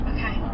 Okay